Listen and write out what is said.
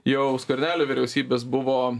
jau skvernelio vyriausybės buvo